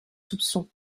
soupçons